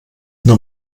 nur